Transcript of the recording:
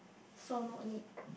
so no need